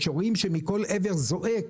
כשרואים שמכל עבר זועק,